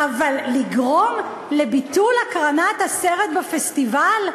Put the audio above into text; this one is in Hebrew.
אבל לגרום לביטול הקרנת הסרט בפסטיבל?